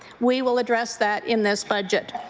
we will address that in this budget.